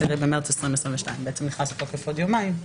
10 במרץ 2022. זה בעצם נכנס לתוקף עוד יומיים.